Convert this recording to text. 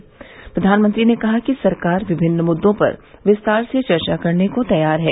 फ्र्वानमंत्री ने कहा कि सरकार विभिन्न मुद्दों पर विस्तार से चर्चा करने को तैयार है